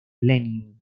lenin